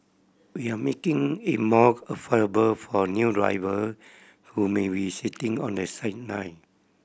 we are making it more affordable for new driver who may be sitting on the sideline